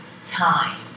time